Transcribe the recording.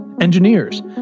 engineers